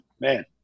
man